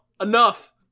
Enough